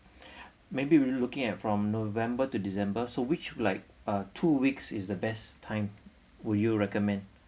may be we looking at from november to december so which like uh two weeks is the best time would you recommend